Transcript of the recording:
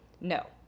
No